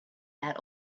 that